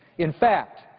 in fact,